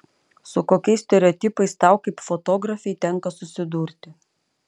su kokiais stereotipais tau kaip fotografei tenka susidurti